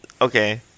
Okay